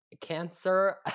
Cancer